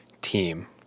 team